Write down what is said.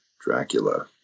Dracula